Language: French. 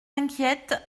inquiète